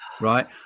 right